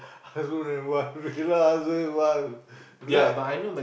husband and wife yeah lah husband and wife let